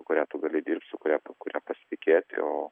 kuria tu gali dirbt su kuria kuria pasitikėti o